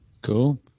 cool